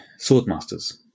swordmasters